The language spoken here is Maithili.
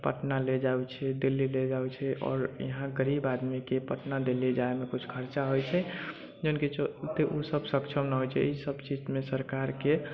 पटना ले जाय छै दिल्ली ले जाय छै आओर यहाँ गरीब आदमीके पटना दिल्ली जायमे किछु खर्चा होइ छै जाहिमे ओसभ सक्षम नहि होइ छै इसभ चीजमे सरकारके